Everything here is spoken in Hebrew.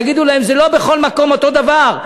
יגידו להם: זה לא בכל מקום אותו דבר.